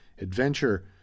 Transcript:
adventure